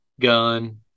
gun